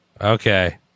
Okay